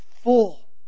full